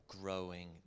growing